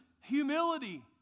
Humility